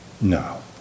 No